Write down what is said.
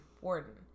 warden